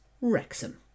Wrexham